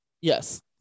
Yes